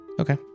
Okay